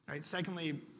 Secondly